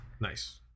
Nice